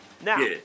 Now